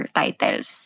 titles